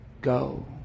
go